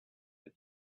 the